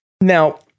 now